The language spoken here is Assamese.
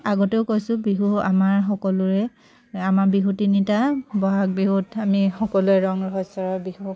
আগতেও কৈছোঁ বিহু আমাৰ সকলোৰে আমাৰ বিহু তিনিটা বহাগ বিহুত আমি সকলোৱে ৰং ৰহইচৰে বিহু